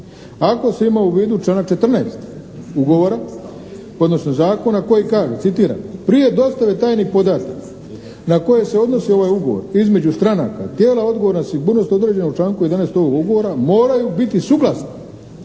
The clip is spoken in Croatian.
ako se ima u vidu članak 14. ugovora, odnosno zakona koji kaže, citiram: "prije dostave tajnih podataka na koje se odnosi ovaj ugovor između stranaka, tijela odgovor na sigurnost određena u članku 11. ovog ugovora moraju biti suglasni